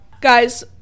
guys